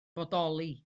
bodoli